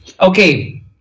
Okay